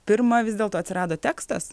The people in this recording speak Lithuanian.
pirma vis dėlto atsirado tekstas